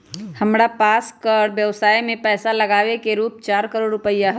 हमरा पास कर व्ययवसाय में पैसा लागावे के रूप चार करोड़ रुपिया हलय